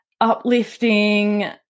uplifting